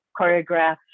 choreographed